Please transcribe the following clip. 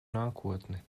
nākotni